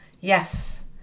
yes